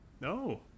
No